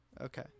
Okay